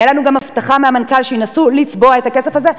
היתה לנו גם הבטחה מהמנכ"ל שינסו לצבוע את הכסף הזה,